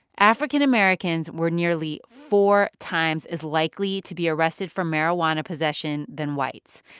african-americans were nearly four times as likely to be arrested for marijuana possession than whites.